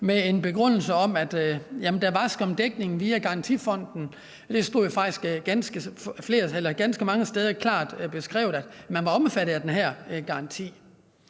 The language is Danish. under foregivende af, at der skam var dækning via garantifonden, og det stod ganske mange steder klart beskrevet, at folk var omfattet af den her garanti.